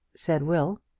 said will.